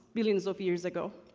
billions of years ago.